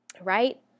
right